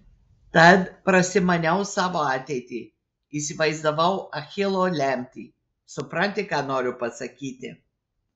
tad prasimaniau savo ateitį įsivaizdavau achilo lemtį supranti ką noriu pasakyti